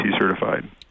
certified